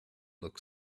look